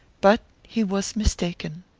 but he was mistaken.